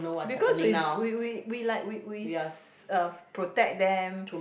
because we we we we like we we s~ uh protect them